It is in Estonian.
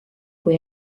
kui